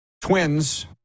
Twins